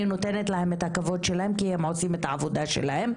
אני נותנת להם את הכבוד שלהם כי הם עושים את העבודה שלהם,